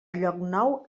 llocnou